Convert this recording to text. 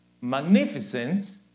magnificence